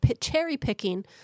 cherry-picking